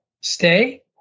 Stay